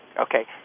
Okay